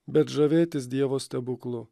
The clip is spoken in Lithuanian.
bet žavėtis dievo stebuklu